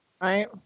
Right